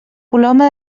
coloma